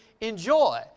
enjoy